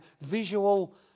visual